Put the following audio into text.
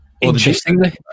interestingly